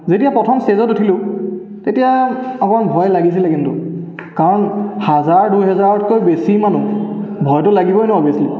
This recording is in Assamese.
যেতিয়া প্ৰথম ষ্টেজত উঠিলোঁ তেতিয়া অকণ ভয় লাগিছিলে কিন্তু কাৰণ হাজাৰ দুহেজাৰতকৈ বেছি মানুহ ভয়টো লাগিবই ন বেছি